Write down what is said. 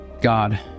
God